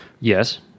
Yes